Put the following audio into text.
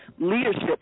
leadership